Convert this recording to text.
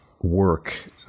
work